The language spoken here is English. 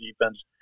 defense